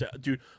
Dude